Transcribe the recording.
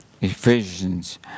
Ephesians